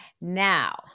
Now